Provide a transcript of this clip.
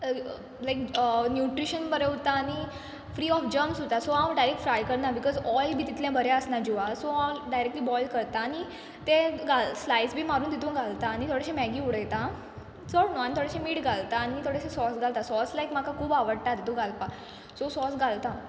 लायक nutrition बरें उत्ता आनी फ्री ऑफ जंक्स उरता सो हांव डायरेक्ट फ्राय करना बिकोज ऑयल बी तितलें बरें आसना जिवा सो हांव डायरेक्टली बॉयल करतां आनी तें घाल स्लायस बी मारून तितू घालता आनी थोडेशे मॅगी उडयता चोड न्हू आनी थोडेशें मीठ घालता आनी थोडेशें सॉस घालता सॉस लायक म्हाका खूब आवडटा तितू घालपा सो सॉस घालता